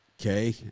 Okay